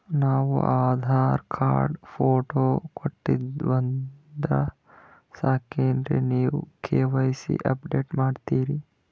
ನಾವು Aadhaar card, photo ಕೊಟ್ಟೀವಂದ್ರ ಸಾಕೇನ್ರಿ ನೀವ ಕೆ.ವೈ.ಸಿ ಅಪಡೇಟ ಮಾಡ್ತೀರಿ?